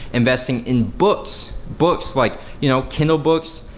investing in books, books like you know kindle books,